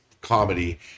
comedy